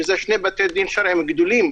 שהם שני בתי דין שרעיים גדולים,